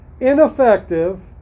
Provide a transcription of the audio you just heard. ineffective